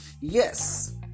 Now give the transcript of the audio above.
Yes